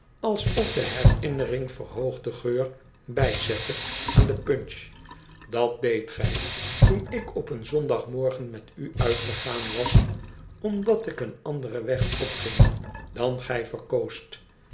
alsof de herinnering verhoogde geur bijzette aan de punch dat deed gij toen ik op een zondagmorgen met u uitgegaan was omdat ik een anderen weg opging dan gij verkoost